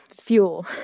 fuel